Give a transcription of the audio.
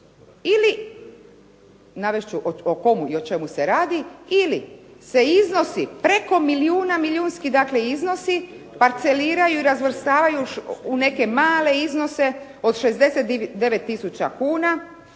ili navest ću o komu i o čemu se radi, ili se iznosi preko milijuna, milijunski dakle iznosi, parceliraju i razvrstavaju u neke male iznose od 69 tisuća